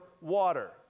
water